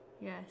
Yes